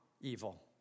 evil